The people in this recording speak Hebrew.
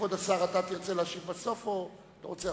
כבוד השר, אתה תרצה להשיב בסוף או תרצה עכשיו?